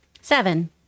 Seven